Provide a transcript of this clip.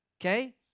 okay